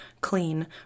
clean